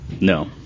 No